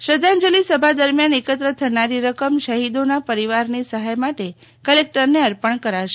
શ્રધ્ધાંજલિ સભા દરમ્યાન એકત્ર થનારી રકમ શહિદોના પરિવારની સહાય માટે કલેકટરને અર્પણ કરાશે